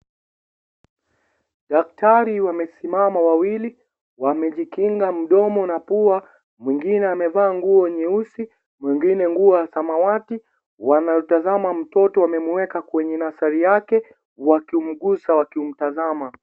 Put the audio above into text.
Daktari wamesimama wawili, wamejikinga mdomo na pua, mwingine amevaa nguo nyeusi, mwingine nguo ya samawati, wanatazama mtoto wamemweka kwenye nursery yake, wakimguza wakimtazama.